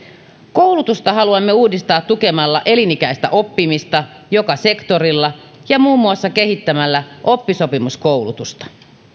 koulutusta haluamme uudistaa tukemalla elinikäistä oppimista joka sektorilla ja muun muassa kehittämällä oppisopimuskoulutusta